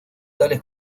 tales